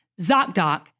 ZocDoc